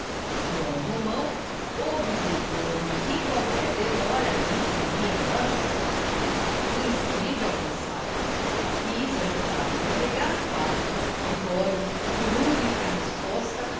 joão romão objurgou lhe que qualquer demora ali seria morte certa o incêndio avançava quis ajudá-lo a carregar o fardo libório por única resposta